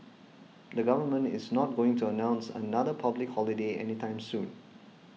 the government is not going to announce another public holiday anytime soon